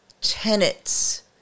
tenets